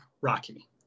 rocky